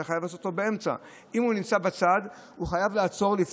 אתה חייב לעשות אותו באמצע,